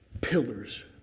pillars